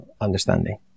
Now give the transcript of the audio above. understanding